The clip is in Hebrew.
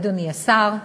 אדוני השר,